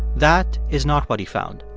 that is not what he found.